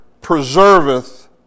preserveth